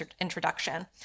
introduction